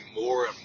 more